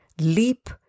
leap